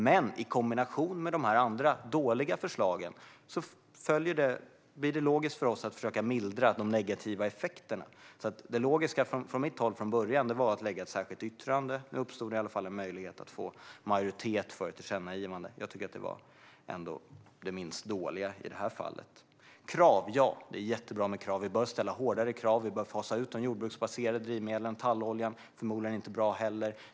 Men i kombination med de här andra dåliga förslagen blir det logiskt för oss att försöka mildra de negativa effekterna. Det logiska från mitt håll från början var att lägga ett särskilt yttrande. Nu uppstod det i alla fall en möjlighet att få majoritet för ett tillkännagivande, och jag tycker att det var det minst dåliga i det här fallet. Det är jättebra med krav. Vi bör ställa hårdare krav. Vi bör fasa ut de jordbruksbaserade drivmedlen. Talloljan är förmodligen inte heller bra.